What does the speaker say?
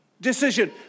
decision